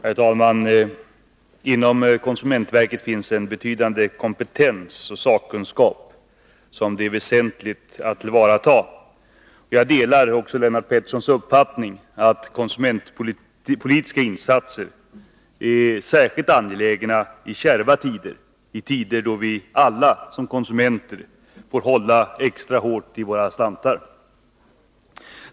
Herr talman! Inom konsumentverket finns en betydande kompetens och sakkunskap som det är väsentligt att tillvarata. Jag delar också Lennart Petterssons uppfattning att konsumentpolitiska insatser är särskilt angelägna i kärva tider, i tider då vi alla som konsumenter får hålla extra hårt i slantarna.